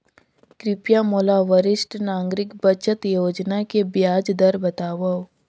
कृपया मोला वरिष्ठ नागरिक बचत योजना के ब्याज दर बतावव